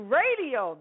radio